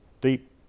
deep